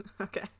Okay